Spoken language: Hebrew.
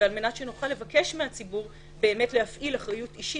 ועל מנת שנוכל לבקש מהציבור להפעיל אחריות אישית,